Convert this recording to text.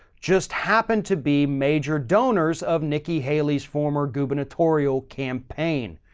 just happen to be major donors of nikki haley's former gubernatorial campaign.